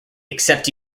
except